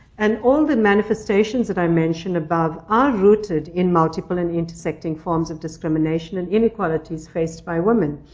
and all the manifestations that i mentioned above are rooted in multiple and intersecting forms of discrimination and inequalities faced by women.